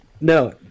No